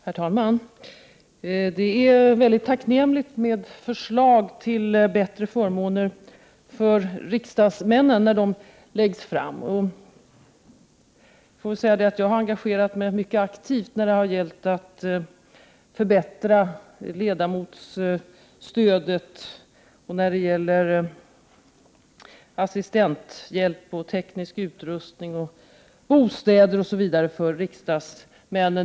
Herr talman! Det är väldigt tacknämligt med förslag till bättre förmåner för riksdagsmännen. Jag har engagerat mig mycket aktivt när det gällt att förbättra ledamotsstödet och när det gällt assistenthjälp, teknisk utrustning och bostäder för riksdagsmän.